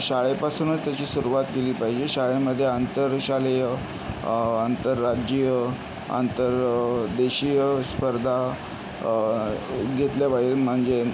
शाळेपासूनच त्याची सुरुवात केली पाहिजे शाळेमध्ये आंतरशालेय आंतरराज्यीय आंतरदेशीय स्पर्धा घेतल्या पाहिजेत म्हणजे